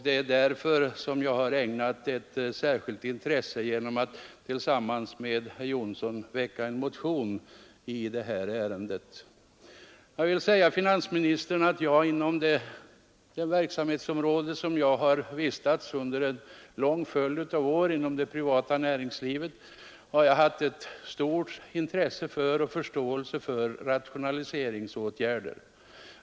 Det är därför jag har ägnat dessa frågor särskilt intresse genom att tillsammans med herr Jonsson i Alingsås väcka en motion i det här ärendet. Jag vill säga finansministern att inom det område där jag har verkat under en lång följd av år, nämligen det privata näringslivet, har man stort intresse för och förståelse för rationaliseringsåtgärder.